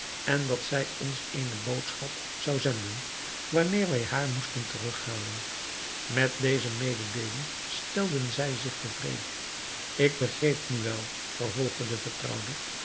en dat zij ons eene boodschap zou zenden wanneer wij haar moesten terughalen met deze mededeeling stelden zij zich tevreden ik begreep nu wel vervolgde de vertrouwde